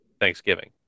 Thanksgiving